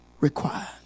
Required